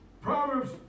Proverbs